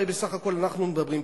הרי בסך הכול אנחנו מדברים פה.